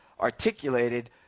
articulated